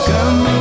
Come